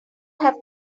have